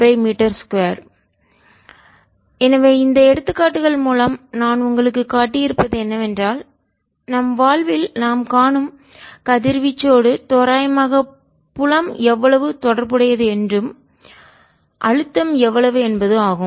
2×10 7Nm2 எனவே இந்த எடுத்துக்காட்டுகள் மூலம் நான் உங்களுக்குக் காட்டியிருப்பது என்னவென்றால் நம் வாழ்வில் நாம் காணும் கதிர்வீச்சோடு தோராயமாக புலம் எவ்வளவு தொடர்புடையது என்பதும் அழுத்தம் எவ்வளவு என்பதும் ஆகும்